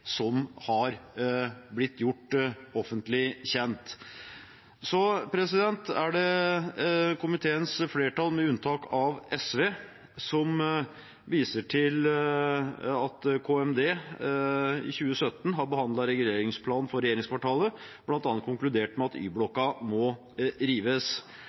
har blitt gjort offentlig kjent. Komiteens flertall, med unntak av SV, viser til at KMD i 2017 har behandlet reguleringsplan for regjeringskvartalet og bl.a. konkludert med at